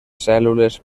cèl·lules